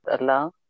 Allah